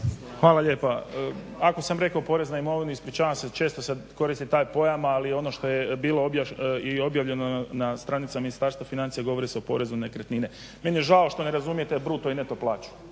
Hvala lijepa. Ako sam rekao porez na imovinu ispričavam se, često se koristi taj pojam ali ono što je bilo objavljeno na stranicama Ministarstva financija govori se o porezu na nekretnine. Meni je žao što ne razumijete bruto i neto plaću.